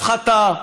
הפחתה.